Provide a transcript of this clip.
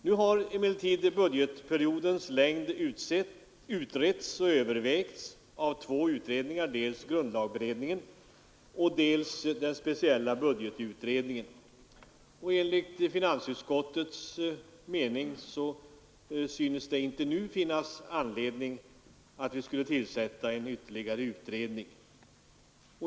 Nu har emellertid budgetperiodens längd utretts och övervägts av två utredningar, dels grundlagberedningen, dels den speciella budgetutredningen. Enligt finansutskottets mening synes det inte nu finnas anledning att tillsätta ytterligare en utredning.